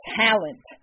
talent